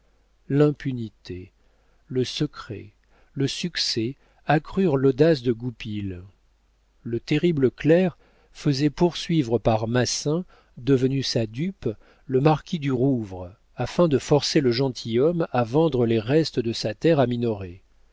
l'impunité le secret le succès accrurent l'audace de goupil le terrible clerc faisait poursuivre par massin devenu sa dupe le marquis du rouvre afin de forcer le gentilhomme à vendre les restes de sa terre